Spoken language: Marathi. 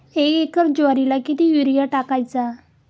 एक एकर ज्वारीला किती युरिया टाकायचा?